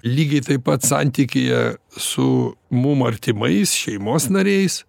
lygiai taip pat santykyje su mum artimais šeimos nariais